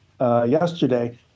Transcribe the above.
yesterday